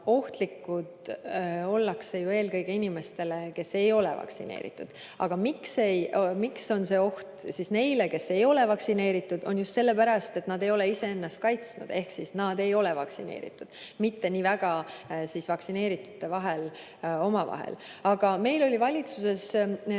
ohtlikud ollakse ju eelkõige inimestele, kes ei ole vaktsineeritud. Aga miks on see oht neile, kes ei ole vaktsineeritud? Just sellepärast, et nad ei ole iseennast kaitsnud, ehk nad ei ole vaktsineeritud, see oht ei ole mitte nii väga vaktsineeritutel omavahel. Meil oli valitsuses